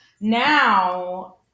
now